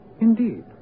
Indeed